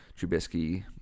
Trubisky